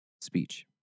speech